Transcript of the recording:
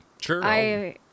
Sure